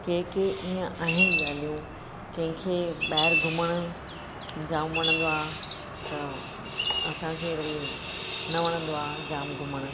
के के इअं आहिनि ॻाल्हियूं कंहिंखे ॿाहिर घुमण जाम वणंदो आहे त असां खे वरी न वणंदो आहे जाम घुमणु